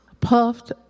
puffed